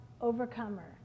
overcomer